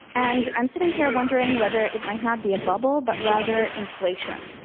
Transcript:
and i'm sitting here wondering whether it might not be a bubble but rather inflation.